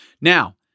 Now